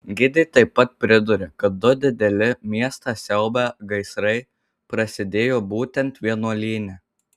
gidė taip pat priduria kad du dideli miestą siaubią gaisrai prasidėjo būtent vienuolyne